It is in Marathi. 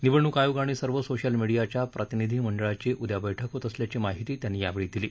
निवडणूक आयोग आणि सर्व सोशल मिडीयाच्या प्रतिनिधी मंडळाची उद्या बैठक होत असल्याची माहितीही त्यांनी यावेळी दिली